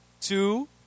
two